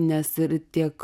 nes ir tiek